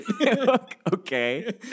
Okay